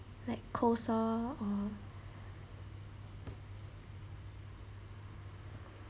like coleslaw or